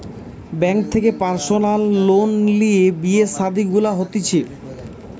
bank থেকে personal loan লিয়ে বিয়ে শাদী গুলা হতিছে